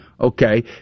okay